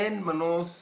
אין מנוס מפריסה.